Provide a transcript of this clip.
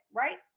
right